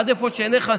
עד איפה שעיניך,